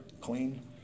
clean